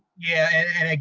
yeah,